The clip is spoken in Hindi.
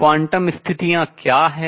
क्वांटम स्थितियां क्या हैं